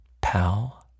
pal